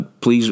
Please